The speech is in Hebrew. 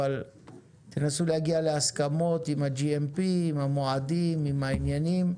אבל תנסו להגיע להסכמות עם ה-GMP עם המועדים עם העניינים,